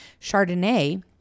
chardonnay